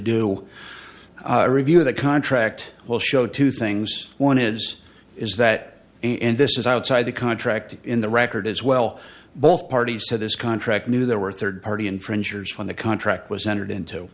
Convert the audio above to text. do a review of the contract will show two things one is is that and this is outside the contract in the record as well both parties to this contract knew there were third party infringers when the contract was entered into